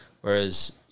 Whereas